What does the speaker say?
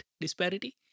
disparity